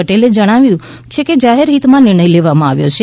પટેલે જણાવ્યું છે કે જાહેર હિતમાં આ નિર્ણય લેવામાં આવ્યો છે